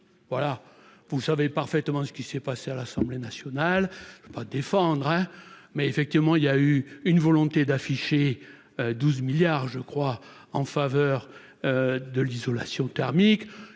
voilà vous savez parfaitement ce qui s'est passé à l'Assemblée nationale vais pas défendre hein mais effectivement il y a eu une volonté d'afficher 12 milliards je crois en faveur de l'isolation thermique,